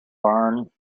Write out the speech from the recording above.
barn